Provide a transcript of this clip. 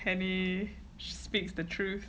and she speaks the truth